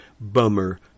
bummer